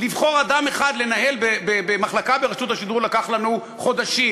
לבחור אדם אחד לנהל מחלקה ברשות השידור לקח לנו חודשים,